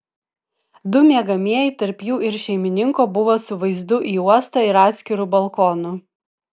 du miegamieji tarp jų ir šeimininko buvo su vaizdu į uostą ir atskiru balkonu